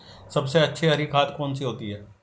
सबसे अच्छी हरी खाद कौन सी होती है?